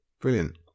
Brilliant